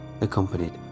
accompanied